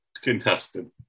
Contested